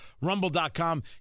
Rumble.com